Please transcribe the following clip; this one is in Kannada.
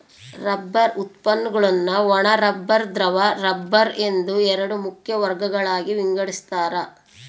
ರಬ್ಬರ್ ಉತ್ಪನ್ನಗುಳ್ನ ಒಣ ರಬ್ಬರ್ ದ್ರವ ರಬ್ಬರ್ ಎಂದು ಎರಡು ಮುಖ್ಯ ವರ್ಗಗಳಾಗಿ ವಿಂಗಡಿಸ್ತಾರ